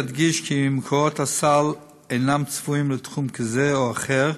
אדגיש כי מקורות הסל אינם צבועים לתחום זה או אחר.